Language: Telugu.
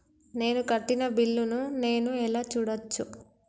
నేను కట్టిన బిల్లు ను నేను ఎలా చూడచ్చు?